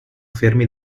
fermi